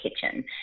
kitchen